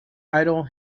idle